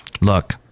Look